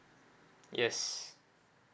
yes